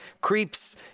creeps